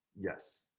Yes